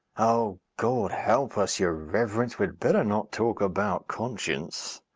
oh, god help us, your reverence! we'd better not talk about conscience.